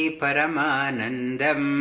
paramanandam